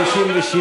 57,